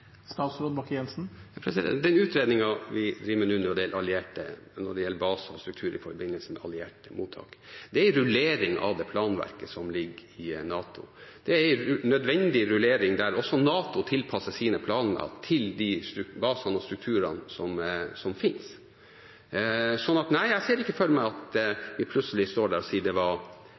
Den utredningen vi driver med nå når det gjelder allierte, og når det gjelder baser og strukturer i forbindelse med allierte mottak, er en rullering av det planverket som ligger i NATO. Det er en nødvendig rullering der også NATO tilpasser sine planer til de basene og strukturene som finnes. Så jeg ser ikke for meg at vi plutselig står der og sier at det var